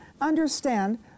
understand